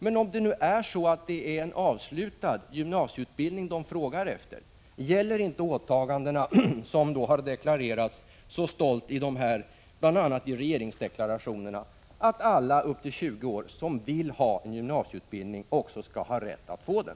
Men om det är en avslutad gymnasieutbildning som de frågar efter, gäller då inte de åtaganden som så stolt har uttalats bl.a. i regeringsdeklarationerna, att alla upp till 20 år som vill ha en gymnasieutbildning också skall ha rätt att få den?